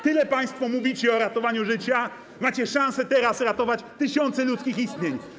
Tyle państwo mówicie o ratowaniu życia, macie szansę teraz ratować tysiące ludzkich istnień.